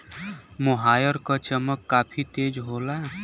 मोहायर क चमक काफी तेज होला